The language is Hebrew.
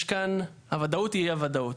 יש כאן, הוודאות היא אי הוודאות.